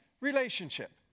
relationship